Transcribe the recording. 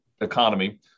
economy